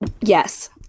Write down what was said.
Yes